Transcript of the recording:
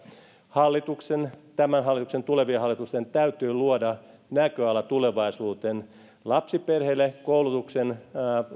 hallituksen tämän hallituksen tulevien hallitusten täytyy luoda näköala tulevaisuuteen lapsiperheille koulutuksen